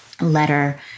letter